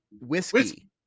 whiskey